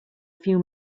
few